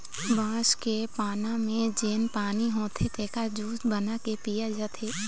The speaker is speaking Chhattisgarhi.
बांस के पाना म जेन पानी होथे तेखर जूस बना के पिए जाथे